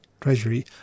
Treasury